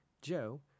Joe